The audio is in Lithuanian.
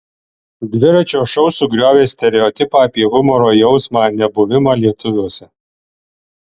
dviračio šou sugriovė stereotipą apie humoro jausmą nebuvimą lietuviuose